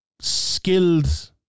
skilled